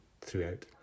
throughout